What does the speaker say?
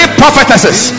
prophetesses